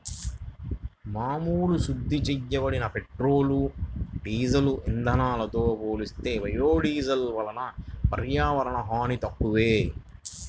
మామూలు శుద్ధి చేయబడిన పెట్రోలియం, డీజిల్ ఇంధనంతో పోలిస్తే బయోడీజిల్ వలన పర్యావరణ హాని తక్కువే